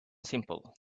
simple